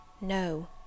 No